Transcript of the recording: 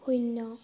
শূন্য